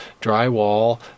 drywall